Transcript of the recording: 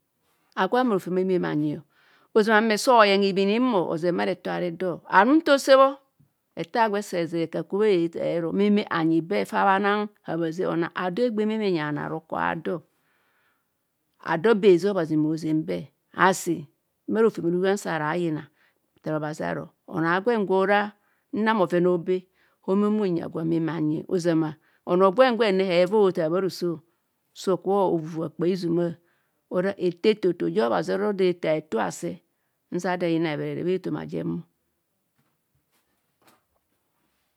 Agwo amar rofem a hime me anyi ozama ame so oyeng hibhini mmo ozeng bha rato aro do aru nta osebho ete agwe sa eze eka kubho eero meme re anyi be fa bhanang habiazeng onang ado egbe ememe enyi bhano aroko aado ado be hezeng obhazi ma ozeng be asi bharofem a ruhan sara ayina athaar obhazi aro onoo agwen gwa nan bhoven aobe homeme unyi agwo a meme anyi ozama onoo gwen gwen re hevoi othaar bharo so, so okubho ovuvhn kpaizhma ora eto eto ja obhazi oro do hethaa hetu aase nzia ado eyina hibharere bhe ethoma jem o.